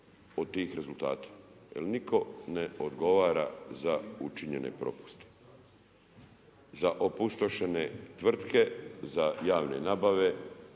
od tih rezultata. Jer nitko ne odgovara za učinjene propuste za opustošene tvrtke, za javne nabave